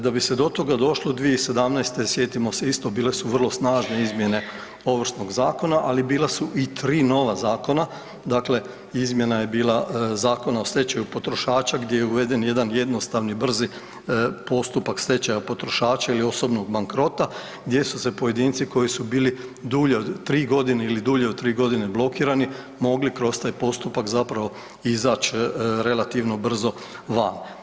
Da bi se do toga došlo 2017. sjetimo se isto bile su vrlo snažne izmjene Ovršnog zakona, ali bila su i 3 nova zakona, dakle izmjena je bila Zakona o stečaju potrošača gdje je uveden jedan jednostavni, brzi postupak stečaja potrošača ili osobnog bankrota gdje su se pojedinci koji su bili dulje od 3 godine ili dulje od 3 godine blokirani mogli kroz taj postupak zapravo izaći relativno brzo van.